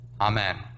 Amen